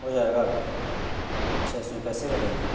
ہو جائے گا اچھا اس میں پیسے کٹیں گے